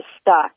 stuck